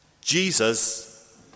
Jesus